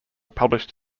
published